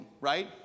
right